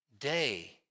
day